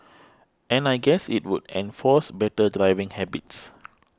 and I guess it would enforce better driving habits